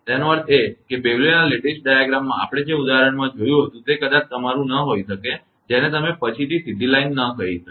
તેનો અર્થ એ કે બેવલેના લેટિસ ડાયાગ્રામમાં આપણે જે ઉદાહરણમાં જોયું હતું તે કદાચ તમારું ન હોઈ શકે કે જેને તમે પછીથી સીધી લાઈન ન કહી શકો